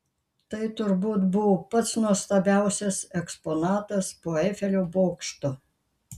tai turbūt buvo pats nuostabiausias eksponatas po eifelio bokšto